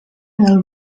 del